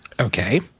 Okay